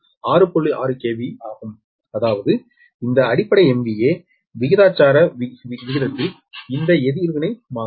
6 KV ஆகும் அதாவது இந்த அடிப்படை MVA விகிதாச்சார விகிதத்தில் இந்த எதிர்வினை மாறும்